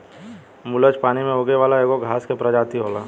मुलच पानी में उगे वाला एगो घास के प्रजाति होला